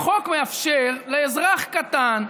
החוק מאפשר לאזרח קטן,